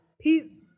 Peace